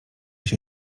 się